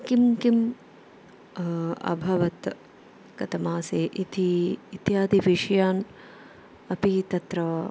किं किम् अभवत् गतमासे इति इत्यादिविषयान् अपि तत्र